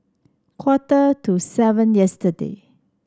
quarter to seven yesterday